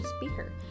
speaker